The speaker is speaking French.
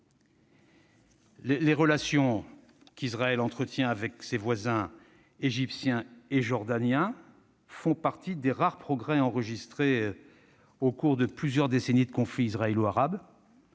Les relations qu'Israël entretient avec ses voisins égyptien et jordanien font partie des rares progrès enregistrés au cours de plusieurs décennies de conflit israélo-arabe.